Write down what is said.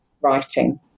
writing